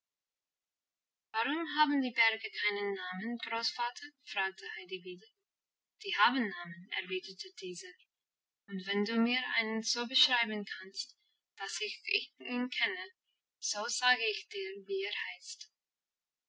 warum haben die berge keinen namen großvater fragte heidi wieder die haben namen erwiderte dieser und wenn du mir einen so beschreiben kannst dass ich ihn kenne so sage ich dir wie er heißt